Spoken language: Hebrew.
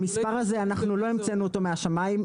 המספר הזה אנחנו לא המצאנו אותו מהשמיים,